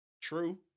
True